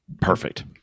perfect